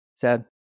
sad